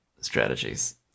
strategies